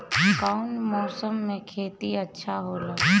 कौन मौसम मे खेती अच्छा होला?